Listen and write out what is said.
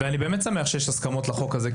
אני באמת שמח שיש הסכמות לחוק הזה,